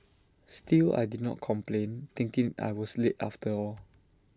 still I did not complain thinking I was late after all